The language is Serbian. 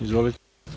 Izvolite.